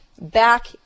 back